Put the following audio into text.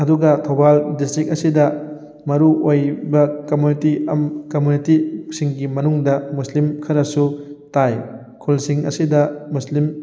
ꯑꯗꯨꯒ ꯊꯧꯕꯥꯜ ꯗꯤꯁꯇ꯭ꯔꯤꯛ ꯑꯁꯤꯗ ꯃꯔꯨ ꯑꯣꯏꯕ ꯀꯝꯃꯨꯅꯤꯇꯤ ꯀꯝꯃꯨꯅꯤꯇꯤ ꯁꯤꯡꯒꯤ ꯃꯅꯨꯡꯗ ꯃꯨꯁꯂꯤꯝ ꯈꯔꯁꯨ ꯇꯥꯏ ꯈꯨꯜꯁꯤꯡ ꯑꯁꯤꯗ ꯃꯨꯁꯂꯤꯝ